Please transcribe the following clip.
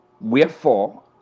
Wherefore